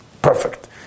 perfect